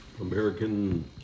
American